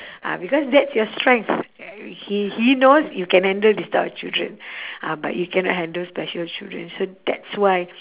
ah because that's your strength he he knows you can handle this type of children ah but you cannot handle special children so that's why